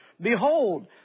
Behold